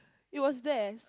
it was there